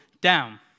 down